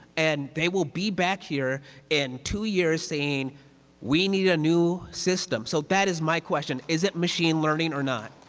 and they will be back here in two years saying we need a new system so that is my question. is it machine learning or not?